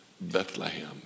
Bethlehem